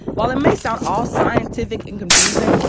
while it may sound all scientific and confusing,